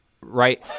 right